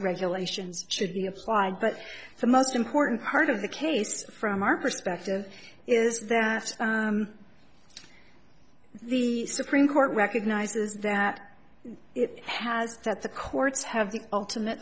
regulations should be applied but for most important part of the case from our perspective is that the supreme court recognizes that it has that the courts have the ultimate